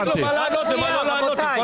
שלא יגיד לו מה לענות ומה לא לענות, עם כל